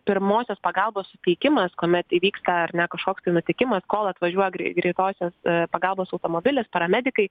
pirmosios pagalbos suteikimas kuomet įvyksta ar ne kažkoks tai nutikimas kol atvažiuoja grei greitosios pagalbos automobilis paramedikai